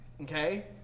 Okay